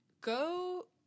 go